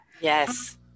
Yes